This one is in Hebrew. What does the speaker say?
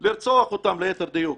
לרצוח אותם, ליתר דיוק.